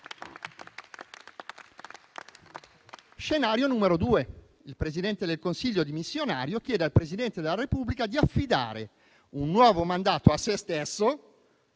scenario il Presidente del Consiglio dimissionario chiede al Presidente della Repubblica di affidare un nuovo mandato a sé stesso;